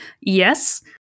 yes